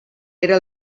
era